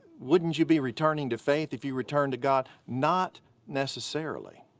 wouldn't you be returning to faith if you return to god? not necessarily.